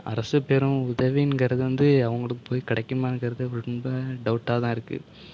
அரசு பெரும் உதவிங்கிறது வந்து அவர்களுக்கு போய் கிடைக்குமாங்கிறது ரொம்ப டவுட்டாக தான் இருக்குது